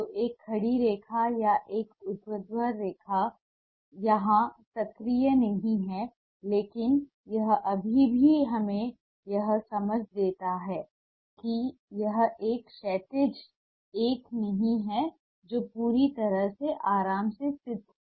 तो एक खड़ी रेखा या एक ऊर्ध्वाधर रेखा यह सक्रिय नहीं है लेकिन यह अभी भी हमें यह समझ देता है कि यह एक क्षैतिज एक नहीं है जो पूरी तरह से आराम की स्थिति में है